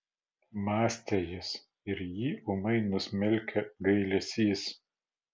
mąstė jis ir jį ūmai nusmelkė gailesys